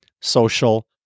social